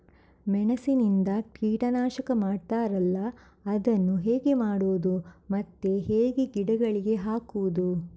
ಮೆಣಸಿನಿಂದ ಕೀಟನಾಶಕ ಮಾಡ್ತಾರಲ್ಲ, ಅದನ್ನು ಹೇಗೆ ಮಾಡಬಹುದು ಮತ್ತೆ ಹೇಗೆ ಗಿಡಗಳಿಗೆ ಹಾಕುವುದು?